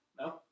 no